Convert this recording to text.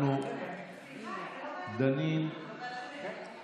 הצעת האי-אמון השנייה ירדה.